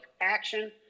action